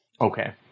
Okay